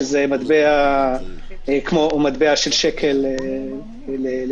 שזה מטבע כמו מטבע של שקל למסחר,